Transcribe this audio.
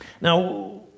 Now